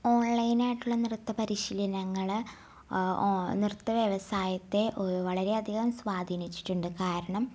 ഓൺലൈനായിട്ടുള്ള നൃത്ത പരിശീലനങ്ങൾ നൃത്ത വ്യവസായത്തെ വളരെ അധികം സ്വാധീനിച്ചിട്ടുണ്ട് കാരണം